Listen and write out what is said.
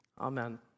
Amen